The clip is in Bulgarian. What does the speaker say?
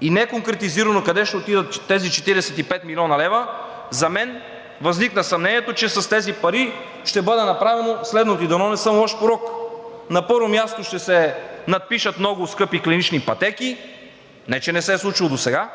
и неконкретизирано къде ще отидат тези 45 млн. лв. За мен възникна съмнението, че с тези пари ще бъде направено следното, и дано не съм лош пророк. На първо място, ще се надпишат много скъпи клинични пътеки – не че не се е случвало досега,